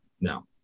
no